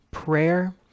Prayer